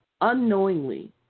Unknowingly